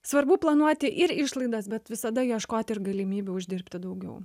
svarbu planuoti ir išlaidas bet visada ieškoti ir galimybių uždirbti daugiau